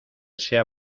sea